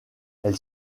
elle